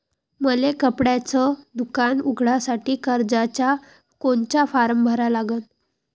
मले कपड्याच दुकान उघडासाठी कर्जाचा कोनचा फारम भरा लागन?